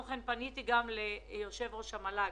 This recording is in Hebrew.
פניתי גם ליושב-ראש המל"ג,